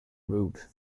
rude